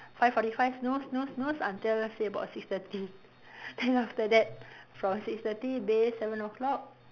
five forty five snooze snooze snooze until say about six thirty then after that from six thirty bathe seven o-clock